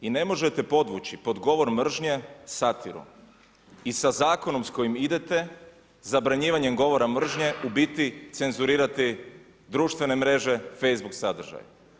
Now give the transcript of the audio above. I ne možete podvući pod govor mržnje satiru i sa zakonom s kojim idete, zabranjivanje govora mržnje, u biti cenzurirati društvene mreže, Facebook sadržaj.